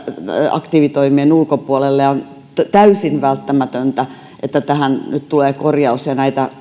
aktiivitoimien ulkopuolelle on täysin välttämätöntä että tähän nyt tulee korjaus ja näitä